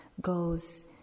goes